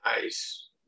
nice